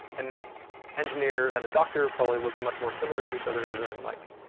an engineer and a doctor probably look much more similar to each other, than like,